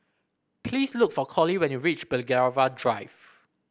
please look for Colie when you reach Belgravia Drive